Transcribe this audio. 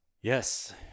Yes